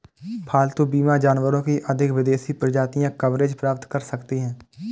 पालतू बीमा जानवरों की अधिक विदेशी प्रजातियां कवरेज प्राप्त कर सकती हैं